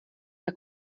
que